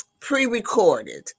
pre-recorded